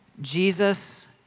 Jesus